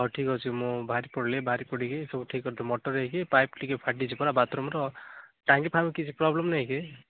ହଉ ଠିକ୍ ଅଛି ମୁଁ ବାହାରି ପଡ଼ିଲି ବାହାରି ପଡ଼ିକି ସବୁ ଠିକ୍ କରିଦେବି ମଟର ହେଇକି ପାଇପ୍ ଟିକିଏ ଫାଟିଛି ବାଥ୍ରୁମ୍ ର ଟାଙ୍କିଫାଙ୍କି କିଛି ପ୍ରୋବ୍ଲେମ୍ ନାଇଁ କି